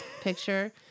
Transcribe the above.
picture